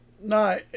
No